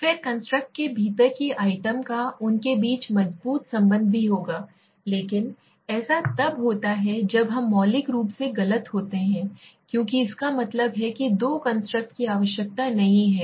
फिर कंस्ट्रक्ट के भीतर की आइटम का उनके बीच मजबूत संबंध भी होगा लेकिन ऐसा तब होता है जब हम मौलिक रूप से गलत होते हैं क्योंकि इसका मतलब है कि दो कंस्ट्रक्ट की आवश्यकता नहीं है